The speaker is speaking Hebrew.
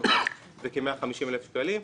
זה כ-150,000 שקלים,